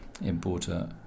importer